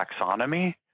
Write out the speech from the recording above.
taxonomy